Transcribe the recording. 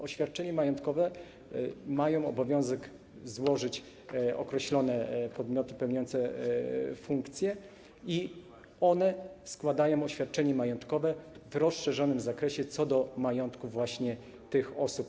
Oświadczenie majątkowe mają obowiązek złożyć określone podmioty pełniące takie funkcje i one składają oświadczenie majątkowe w rozszerzonym zakresie co do majątku tych osób.